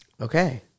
Okay